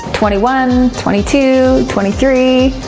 twenty one, twenty two, twenty three,